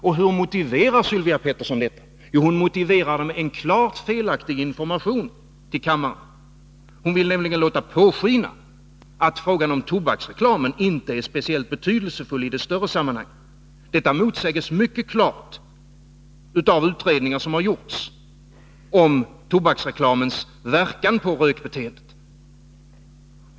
Och hur motiverar Sylvia Pettersson detta? Jo, med en klart felaktig information till kammaren. Hon vill nämligen låta påskina att frågan om tobaksreklamen inte är speciellt betydelsefull i det större sammanhanget. Det motsägs mycket klart av utredningar som har gjorts om tobaksreklamens verkan på rökbeteendet.